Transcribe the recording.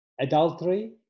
adultery